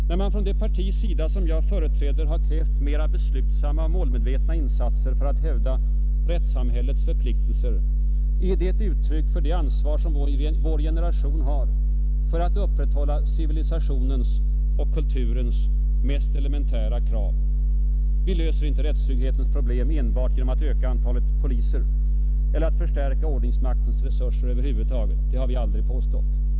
När man från det parti som jag företräder krävt mera beslutsamma och målmedvetna insatser för att hävda rättssamhällets förpliktelser, är det ett uttryck för det ansvar som vår generation har för att upprätthålla civilisationens och kulturens mest elementära krav. Vi löser inte rättstrygghetens problem enbart genom att öka antalet poliser eller genom att förstärka ordningsmaktens resurser över huvud taget. Det har vi aldrig påstått.